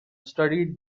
studied